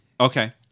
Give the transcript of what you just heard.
Okay